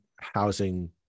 housing